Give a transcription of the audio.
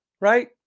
Right